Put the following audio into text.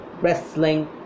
wrestling